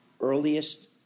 earliest